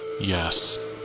Yes